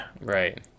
right